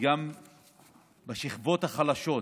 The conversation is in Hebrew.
וגם בשכבות החלשות.